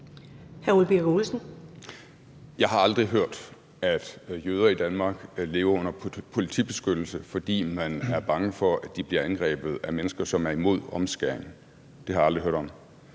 Jeg har aldrig hørt, at jøder i Danmark lever under politibeskyttelse, fordi man er bange for, at de bliver angrebet af mennesker, som er imod omskæring. Det har jeg aldrig hørt om.